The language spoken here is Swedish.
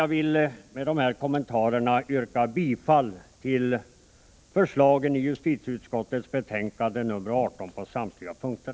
Jag vill med de här kommentarerna yrka bifall till förslagen i justitieutskottets betänkande nr 18 på samtliga punkter.